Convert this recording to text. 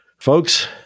Folks